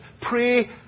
Pray